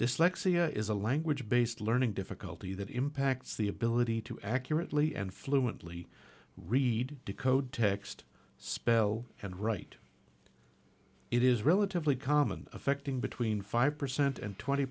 dyslexia is a language based learning difficulty that impacts the ability to accurately and fluently read decode text spell and write it is relatively common affecting between five percent and twenty